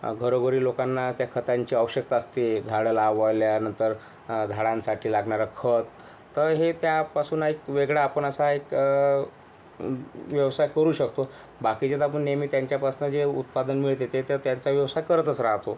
घरोघरी लोकांना त्या खतांची आवश्यकता असते झाडं लावल्यानंतर झाडांसाठी लागणारं खत तर हे त्यापासून एक वेगळा आपण असा एक व्यवसाय करू शकतो बाकीचे तर आपण नेहमी त्यांच्यापासून जे उत्पादन मिळते त्याचा त्याचा व्यवसाय करतच राहतो